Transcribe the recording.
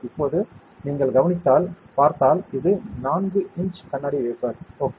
இப்போது நீங்கள் கவனித்தால் பார்த்தால் இது 4 இன்ச் கண்ணாடி வேஃபர் ஓகே